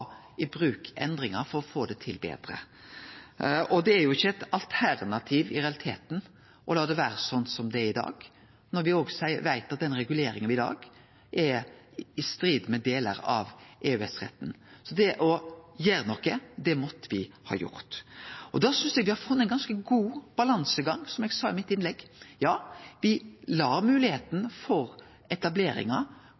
i bruk endringar for å få det betre til. Det er i realiteten ikkje eit alternativ å la det vere slik som det er i dag, når me veit at reguleringa i dag er i strid med delar av EØS-retten. Så å gjere noko, det måtte me. Eg synest me har funne ein ganske god balansegang, som eg sa i innlegget mitt. Ja,